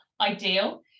ideal